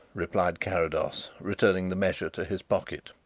replied carrados, returning the measure to his pocket,